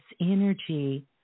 energy